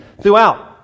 throughout